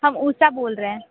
हम ऊषा बोल रहे है